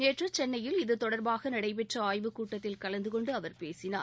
நேற்று சென்னையில் இத்தொடர்பாக நடைபெற்ற ஆய்வுக்கூட்டத்தில் கலந்தகொண்டு அவர் பேசினார்